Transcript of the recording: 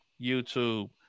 YouTube